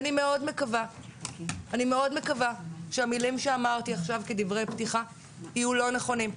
אני מאוד מקווה שהמילים שאמרתי עכשיו כדברי פתיחה יהיו לא נכונות.